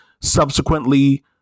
subsequently